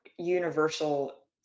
universal